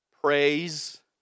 praise